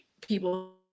people